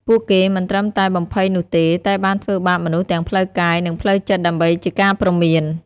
ពួកគេមិនត្រឹមតែបំភ័យនោះទេ តែបានធ្វើបាបមនុស្សទាំងផ្លូវកាយ និងផ្លូវចិត្តដើម្បីជាការព្រមាន។